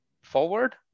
forward